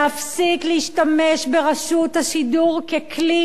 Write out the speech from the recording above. להפסיק להשתמש ברשות השידור ככלי